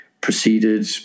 proceeded